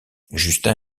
justin